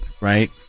right